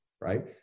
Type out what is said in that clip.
right